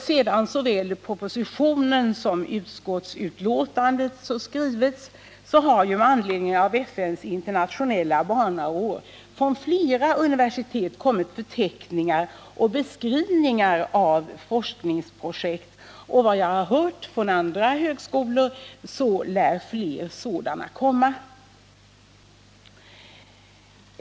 Sedan propositionen och även utskottsbetänkandet skrivits har det med anledning av FN:s internationella barnår från flera universitet kommit förteckningar över och beskrivningar av forskningsprojekt. Efter vad jag hört lär det komma ytterligare sådant material från andra högskolor.